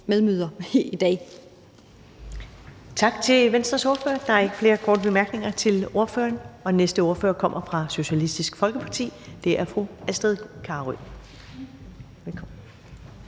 Ellemann): Tak til Venstres ordfører. Der er ikke flere korte bemærkninger til ordføreren. Den næste ordfører kommer fra Socialistisk Folkeparti. Det er fru Astrid Carøe. Kl.